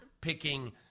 picking